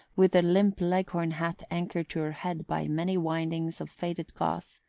with a limp leghorn hat anchored to her head by many windings of faded gauze,